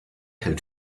hält